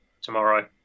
tomorrow